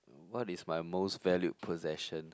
what is my most valued possession